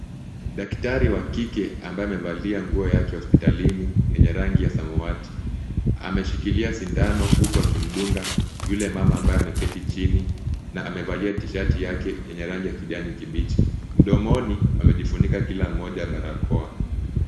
Daktari wa kike ambaye amevalia nguo yake ya hospitalini yenye rangi ya samawati ameshikilia sindano huku akimdunga yule mama ambaye ameketi chini na amevalia tishati [ cs] yake yenye rangi ya kijani kibichi, mdomoni wamejifunga kila mmoja barakoa.